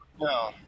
No